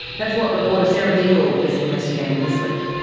that's what reporter sarah dingle is investigating this week.